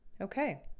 Okay